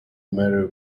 marry